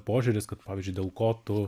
požiūris kad pavyzdžiui dėl ko tu